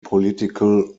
political